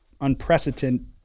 unprecedented